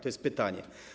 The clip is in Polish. To jest pytanie.